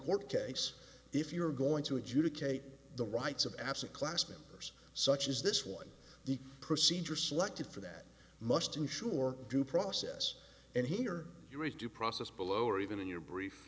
court case if you're going to adjudicate the rights of absent class members such as this one the procedure selected for that must ensure due process and here you raise due process below or even in your brief